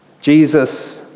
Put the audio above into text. Jesus